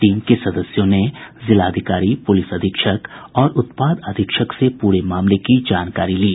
team के सदस्यों ने जिलाधिकारी पुलिस अधीक्षक और उत्पाद अधीक्षक से पूरे मामले की जानकारी ली